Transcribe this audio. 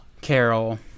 Carol